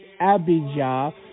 Abijah